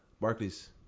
Barclays